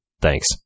thanks